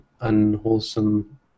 unwholesome